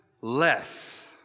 less